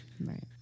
Right